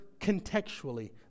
contextually